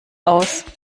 aus